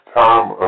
time